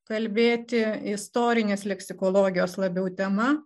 kalbėti istorinės leksikologijos labiau tema